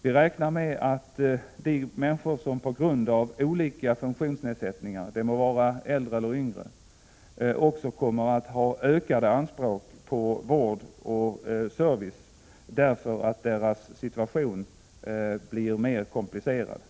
Vi räknar med att människor på grund av olika funktionsnedsättningar, det må vara äldre eller yngre, kommer att ha ökade anspråk på vård och service, eftersom deras situation blir mer komplicerad.